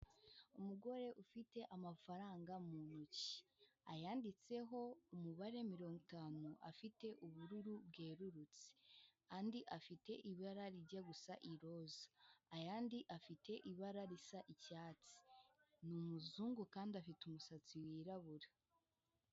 Umugore ufite amafaranga mu ntoki. Ayanditseho umubare mirongo itanu afite ubururu bwerurutse. Andi afite ibara rijya gusa iroza. Ayandi afite ibara risa icyatsi. Ni umuzungu kandi afite umusatsi wirabura.